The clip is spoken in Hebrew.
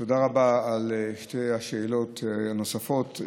תודה רבה על שתי השאלות הנוספות.